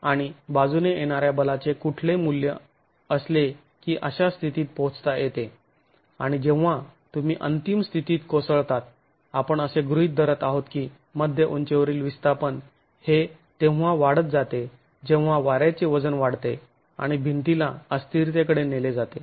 आणि बाजूने येणाऱ्या बलाचे कुठले मूल्य असले की अशा स्थितीत पोहचता येते आणि जेव्हा तुम्ही अंतिम स्थितीत कोसळतात आपण असे गृहीत धरत आहोत की मध्य उंचीवरील विस्थापन हे तेव्हा वाढत जाते जेव्हा वाऱ्याचे वजन वाढते आणि भिंतीला अस्थिरतेकडे नेले जाते